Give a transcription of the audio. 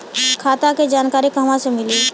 खाता के जानकारी कहवा से मिली?